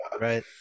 Right